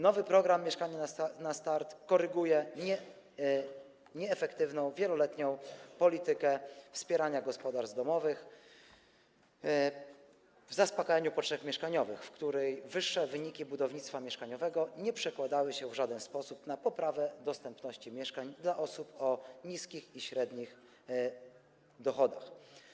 Nowy program „Mieszkanie na start” koryguje nieefektywną wieloletnią politykę wspierania gospodarstw domowych w zaspakajaniu potrzeb mieszkaniowych, w której wyższe wyniki budownictwa mieszkaniowego nie przekładały się w żaden sposób na poprawę dostępności mieszkań dla osób o niskich i średnich dochodach.